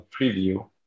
preview